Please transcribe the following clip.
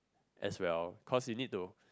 as well cause you need to